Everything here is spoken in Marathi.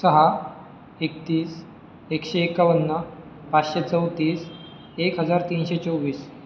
सहा एकतीस एकशे एकावन्न पाचशे चौतीस एक हजार तीनशे चोवीस